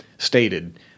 stated